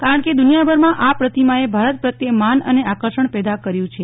કારણ કે દુનિયાભરમાં આ પ્રતિમાંએ ભારત પ્રત્યે માન અને આકર્ષણ પેદા કર્યુ છે